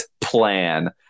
plan